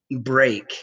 break